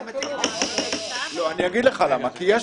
אתה מציג את זה --- אני אגיד לך למה כי יש